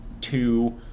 two